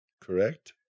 correct